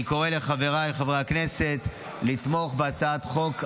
אני קורא לחבריי חברי הכנסת לתמוך בהצעת החוק הזו,